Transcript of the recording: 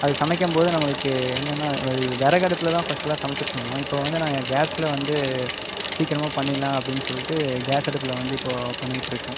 அது சமைக்கும் போது நம்மளுக்கு என்னன்னா விறகு அடுப்பில் தான் ஃபஸ்ட்லாம் சமைச்சிட்ருந்தோம் இப்போ வந்து நாங்கள் கேஸ்ல வந்து சீக்கிரமாக பண்ணிடலாம் அப்படின்னு சொல்லிட்டு கேஸ் அடுப்பில் வந்து இப்போது பண்ணிக்கிட்ருக்கோம்